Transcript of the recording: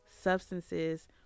substances